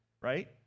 right